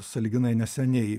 sąlyginai neseniai